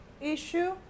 issue